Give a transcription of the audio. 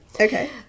Okay